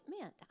meant